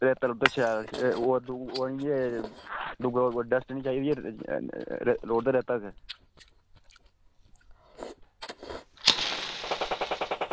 रेता लोड़दा शैल ओह् ओह् एह् डस्ट निं चाहिदी ऐ लोड़दा रेता तुसें